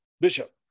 bishop